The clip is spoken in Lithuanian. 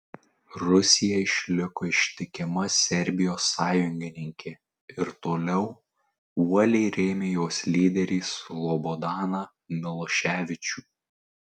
rusija išliko ištikima serbijos sąjungininkė ir toliau uoliai rėmė jos lyderį slobodaną miloševičių